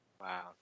Wow